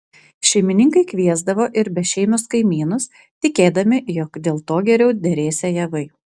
šeimininkai kviesdavo ir bešeimius kaimynus tikėdami jog dėl to geriau derėsią javai